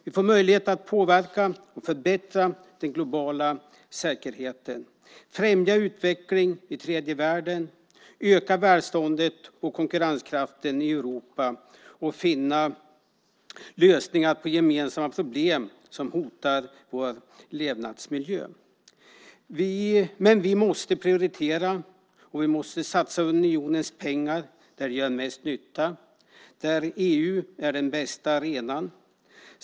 Vi får möjligheter att påverka och förbättra den globala säkerheten, främja utvecklingen i tredje världen, öka välståndet och konkurrenskraften i Europa och finna lösningar på gemensamma problem som hotar vår levnadsmiljö. Men vi måste prioritera och satsa unionens pengar där de gör mest nytta och där EU är den bästa arenan.